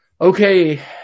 Okay